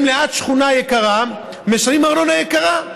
ליד שכונה יקרה משלמים ארנונה יקרה.